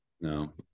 No